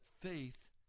faith